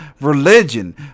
religion